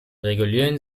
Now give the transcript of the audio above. regulieren